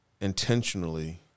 intentionally